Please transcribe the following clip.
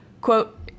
Quote